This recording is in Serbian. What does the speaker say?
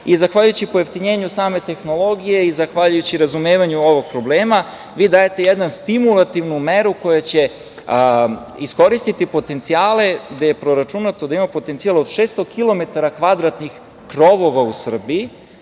Zahvaljujući pojeftinjenju same tehnologije i zahvaljujući razumevanju ovog problema vi dajte jednu stimulativnu meru koja će iskoristiti potencijale gde je proračunato da ima potencijal od 600 kilometara